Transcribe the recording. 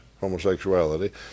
homosexuality